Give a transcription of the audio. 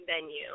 venue